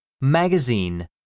Magazine